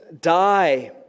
die